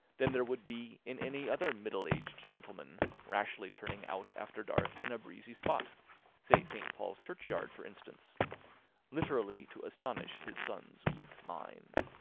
than there would be in any other middle-aged gentleman rashly turning out after dark in a breezy spot say saint paul's churchyard for instance literally to astonish his son's weak mind.